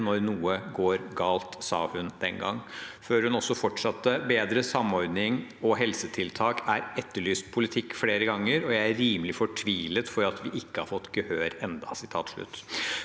når noe går galt.» Hun fortsatte med å si: «Bedre samordning og helsetiltak er etterlyst politisk flere ganger, og jeg er rimelig fortvilet for at vi ikke har fått gehør ennå.»